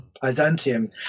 Byzantium